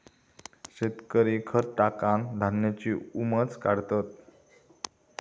शेतकरी खत टाकान धान्याची उपज काढतत